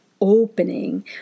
opening